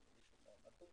הגישו מועמדות,